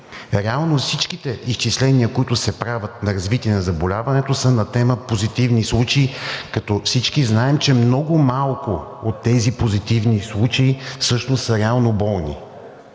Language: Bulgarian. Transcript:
Реално всичките изчисления, които се правят на развитие на заболяването, са на тема позитивни случаи, като всички знаем, че много малко от тези позитивни случаи всъщност са реално болни.